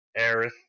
Aerith